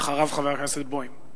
אחריו, חבר הכנסת בוים.